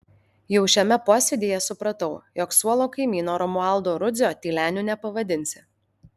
jau šiame posėdyje supratau jog suolo kaimyno romualdo rudzio tyleniu nepavadinsi